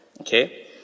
Okay